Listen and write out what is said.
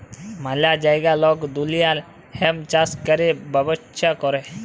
ম্যালা জাগায় লক দুলিয়ার হেম্প চাষ ক্যরে ব্যবচ্ছা ক্যরে